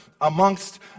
amongst